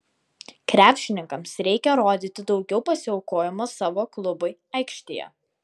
krepšininkams reikia rodyti daugiau pasiaukojimo savo klubui aikštėje